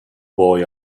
boy